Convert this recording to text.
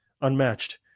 unmatched